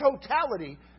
totality